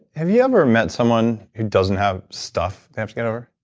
have you ever met someone who doesn't have stuff they have to get over?